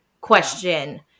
question